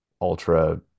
ultra